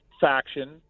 faction